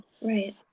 Right